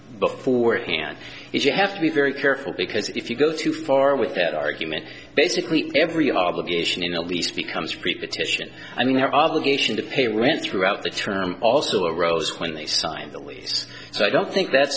beforehand is you have to be very careful because if you go too far with that argument basically every obligation in a lease becomes preposition i mean they're obligated to pay when throughout the term also arose when they signed the lease so i don't think that